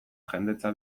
jendetza